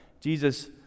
Jesus